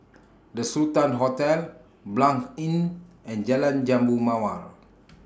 The Sultan Hotel Blanc Inn and Jalan Jambu Mawar